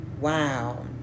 Wow